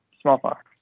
smallpox